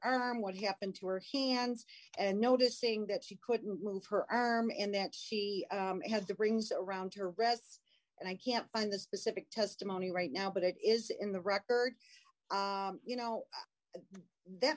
her what happened to her hands and noticing that she couldn't move her arm and that she had the rings around her breasts and i can't find the specific testimony right now but it is in the record you know that